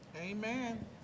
Amen